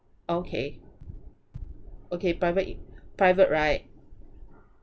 okay okay private in~ private right